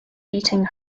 beating